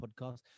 podcast